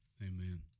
Amen